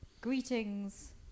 greetings